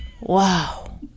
Wow